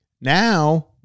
Now